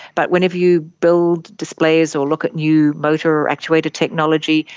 but whenever you build displays or look at new motor actuated technology,